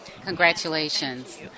Congratulations